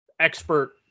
expert